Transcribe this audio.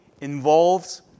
involves